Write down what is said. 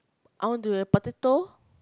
onto the potato